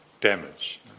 damage